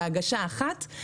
בהגשה אחת.